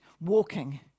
walking